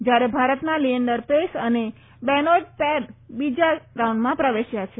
જયારે ભારતના લિએન્ડર પેસ અને બેનોઈટ પેર બીજા રાઉન્ડમાં પ્રવેશ્યા છે